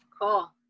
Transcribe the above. Cool